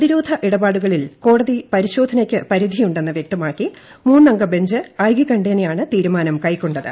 പ്രതിരോധ ഇടപാടുകളിൽ കോടതി പരിശോധനയ്ക്ക് പരിധിയുണ്ടെന്ന് വൃക്തമാക്കി മൂന്നംഗ ബഞ്ച് ഐകകണ്ഠേനയാണ് തീരുമാനം കൈക്കൊണ്ടത്